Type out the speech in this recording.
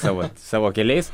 savo savo keliais